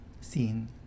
seen